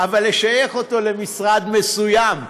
אבל לשייך אותו למשרד מסוים,